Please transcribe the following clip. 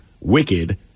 Wicked